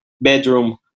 bedroom